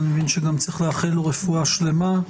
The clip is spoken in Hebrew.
אני מבין שגם צריך לאחל לו רפואה שלמה,